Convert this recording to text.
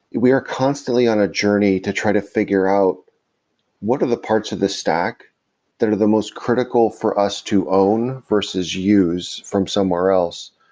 we are constantly on a journey to try to figure out what are the parts of the stack that are the most critical for us to own, versus use from somewhere else,